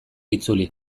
itzuli